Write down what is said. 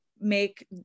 make